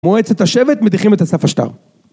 מועצת השבט מדיחים את אסף אשתר